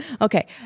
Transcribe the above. Okay